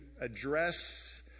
address